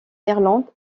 irlande